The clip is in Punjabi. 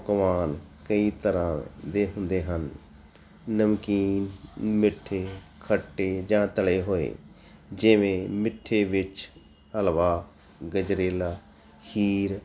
ਪਕਵਾਨ ਕਈ ਤਰ੍ਹਾਂ ਦੇ ਹੁੰਦੇ ਹਨ ਨਮਕੀਨ ਮਿੱਠੇ ਖੱਟੇ ਜਾਂ ਤਲੇ ਹੋਏ ਜਿਵੇਂ ਮਿੱਠੇ ਵਿੱਚ ਹਲਵਾ ਗਜਰੇਲਾ ਖੀਰ